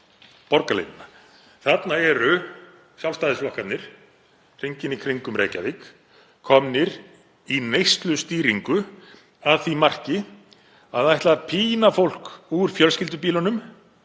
borgarlínuna. Þarna eru sjálfstæðisflokkarnir hringinn í kringum Reykjavík komnir í neyslustýringu að því marki að ætla að pína fólk úr fjölskyldubílnum